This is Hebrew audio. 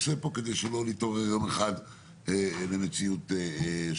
עושה פה כדי שלא נתעורר יום אחד למציאות שונה,